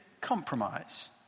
compromise